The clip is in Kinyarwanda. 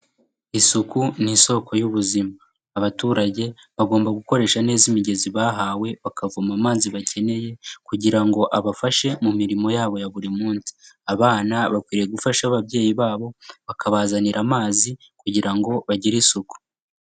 Isuku ni isoko y'ubuzima, abaturage bagomba gukoresha neza imigezi bahawe, bakavoma amazi bakeneye kugira ngo abafashe mu mirimo yabo ya buri munsi, abana bakwiriye gufasha ababyeyi babo bakabazanira amazi kugira ngo bagire isuku.